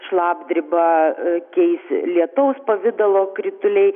šlapdribą keis lietaus pavidalo krituliai